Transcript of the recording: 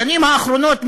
בשנים האחרונות,